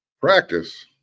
Practice